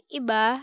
iba